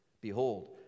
Behold